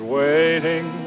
waiting